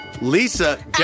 Lisa